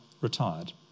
retired